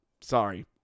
Sorry